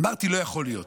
אמרתי: לא יכול להיות.